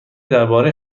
درباره